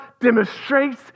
demonstrates